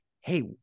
hey